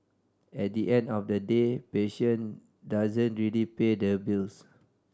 at the end of the day passion doesn't really pay the bills